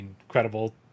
incredible